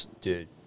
Dude